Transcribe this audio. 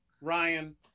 Ryan